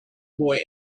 boy